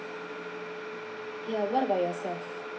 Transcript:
yeah what about yourself